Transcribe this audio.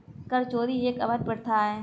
कर चोरी एक अवैध प्रथा है